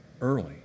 early